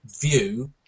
view